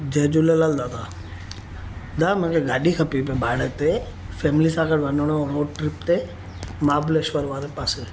जय झूलेलाल दादा दादा मुंहिंजे गाॾी खपे भाड़े ते फैमिली सां गॾु वञिणो आहे रोड ट्रिप ते महाबलेश्वर वारे पासे